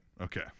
Okay